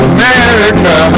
America